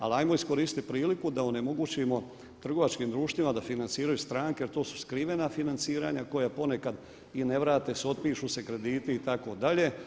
Ali hajmo iskoristiti priliku da onemogućimo trgovačkim društvima da financiraju stranke jer to su skrivena financiranja koja ponekad i ne vrate se, otpišu se krediti itd.